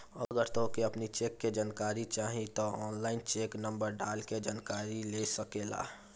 अगर तोहके अपनी चेक के जानकारी चाही तअ ऑनलाइन चेक नंबर डाल के जानकरी ले सकेला